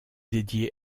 dédié